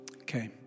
Okay